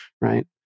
Right